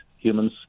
humans